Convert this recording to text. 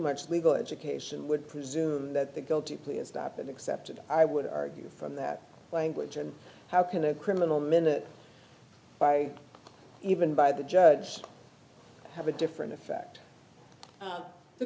much legal education would presume that the go to please stop and accepted i would argue from that language and how can a criminal minute by even by the judge have a different affect